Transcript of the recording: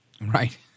Right